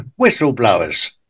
whistleblowers